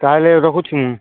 ତା'ହେଲେ ରଖୁଛି ମୁଁ